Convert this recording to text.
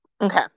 Okay